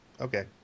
Okay